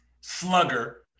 slugger